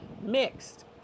mixed